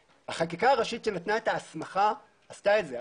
החקיקה הראשית שנתנה את ההסמכה, עשתה את זה.